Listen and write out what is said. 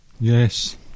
yes